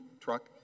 truck